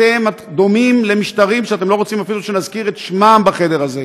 אתם דומים למשטרים שאתם לא רוצים אפילו שנזכיר את שמם בחדר הזה.